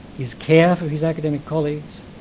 his care for his academic colleagues,